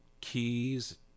keys